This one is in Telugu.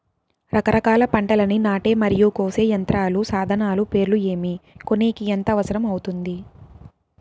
రకరకాల పంటలని నాటే మరియు కోసే యంత్రాలు, సాధనాలు పేర్లు ఏమి, కొనేకి ఎంత అవసరం అవుతుంది?